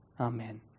Amen